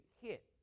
hit